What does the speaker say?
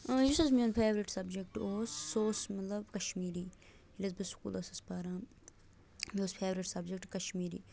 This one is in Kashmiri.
یُس حظ میٛون فیورِٹ سَبجَکٹہٕ اوس سُہ اوس مطلب کَشمیٖری ییٚلہِ حظ بہٕ سکوٗل ٲسٕس پَران مےٚ اوس فیورِٹ سَبجَکٹہٕ کَشمیٖری